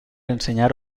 ensenyar